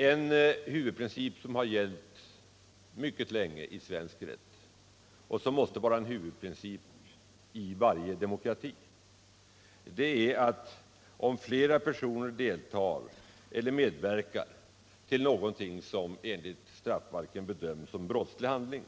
En huvudprincip, som har gällt mycket länge i svensk rätt och måste vara en huvudprincip i varje demokrati, är att om flera personer deltar i eller medverkar till någonting som enligt brottsbalken bedöms såsom brottslig handling,